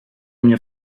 mnie